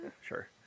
sure